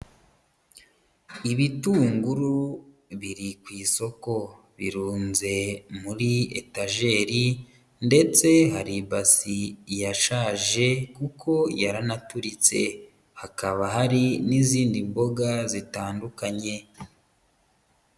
Ibitunguru biri ku isoko, birunze muri etajeri, ndetse hari ibasi yashaje kuko yaranaturitse, hakaba hari n'izindi mboga zitandukanye.